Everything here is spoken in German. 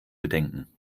bedenken